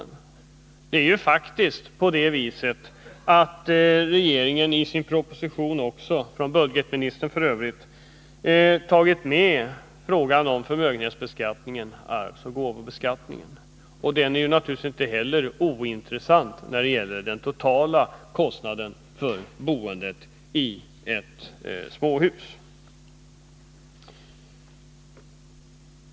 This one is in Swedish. Regeringen har faktiskt också i sin proposition tagit med frågan om förmögenhetsbeskattningen, arvsoch gåvobeskattningen. Den är naturligtvis inte heller ointressant när det gäller den totala kostnaden för boendet i ett småhus.